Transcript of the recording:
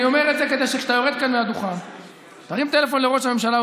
אני אומר את זה כדי שכשאתה יורד כאן מהדוכן תרים טלפון לראש הממשלה,